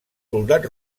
soldats